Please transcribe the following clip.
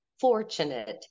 fortunate